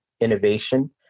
Innovation